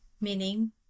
meaning